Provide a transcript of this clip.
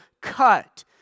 cut